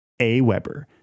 AWeber